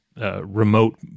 Remote